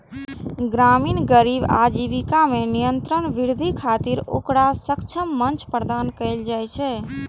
ग्रामीण गरीबक आजीविका मे निरंतर वृद्धि खातिर ओकरा सक्षम मंच प्रदान कैल जाइ छै